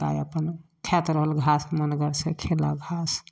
तै अपन खाइत रहल घास मनगरसँ खेलक घास